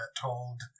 told